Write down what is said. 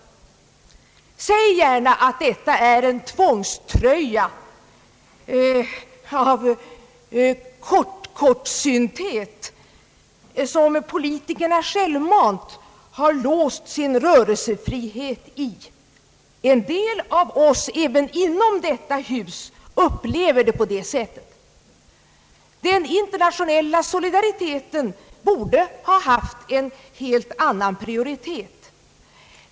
Säg gärna att detta är en tvångströja av kortsynthet som politikerna självmant har låst sin rörelsefrihet i. En del av oss även inom detta hus upplever det på det sättet. Den internationella solidariteten borde ha haft en helt annan prioritet.